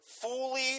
fully